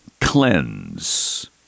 cleanse